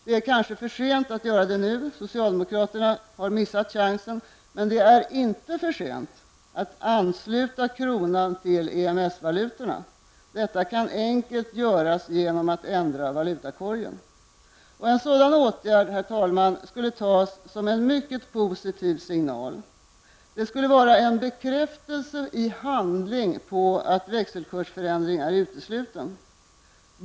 Det är kanske för sent nu -- socialdemokraterna har missat den chansen -- men det är inte för sent att ansluta kronan till EMS valutorna. Det kan enkelt göras genom att man ändrar valutakorgen. Herr talman! En sådan åtgärd skulle tas som en mycket positiv signal. Det skulle i handling vara en en bekräftelse på att växelkursförändring är utesluten.